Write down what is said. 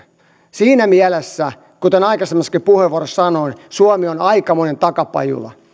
siinä mielessä kuten aikaisemmassakin puheenvuorossa sanoin suomi on aikamoinen takapajula